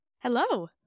Hello